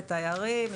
לתיירים,